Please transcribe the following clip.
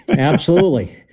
absolutely.